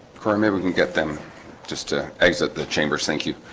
quorum if we can get them just ah exit the chambers. thank you